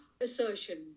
assertion